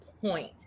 point